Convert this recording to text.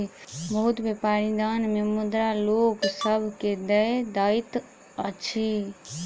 बहुत व्यापारी दान मे मुद्रा लोक सभ के दय दैत अछि